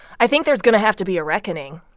i think there's going to have to be a reckoning.